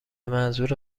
منظور